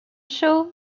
show